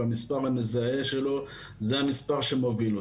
והמספר המזהה שלו זה המספר שמוביל אותו.